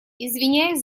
извиняюсь